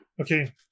Okay